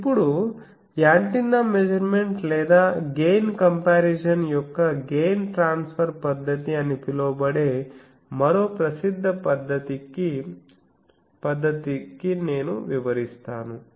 ఇప్పుడు antenna measurement లేదా gain comparison యొక్క గెయిన్ ట్రాన్స్ఫర్ పద్ధతి అని పిలువబడే మరో ప్రసిద్ధ పద్ధతికి నేను వివరిస్తాను